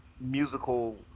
musical